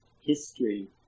History